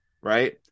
Right